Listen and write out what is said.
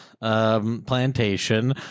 Plantation